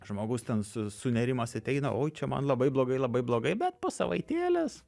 žmogus ten su sunėrimęs ateina o čia man labai blogai labai blogai bet po savaitėlės